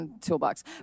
Toolbox